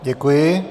Děkuji.